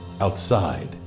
outside